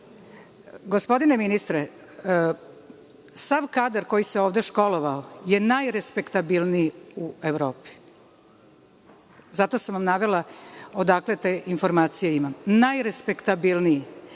Gospodine ministre, sav kadar koji se ovde školovao je najrespektabilniji u Evropi. Zato sam vas navela odakle imam te informacije. Najrespektabilniji.